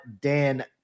Dan